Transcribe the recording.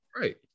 Right